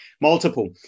multiple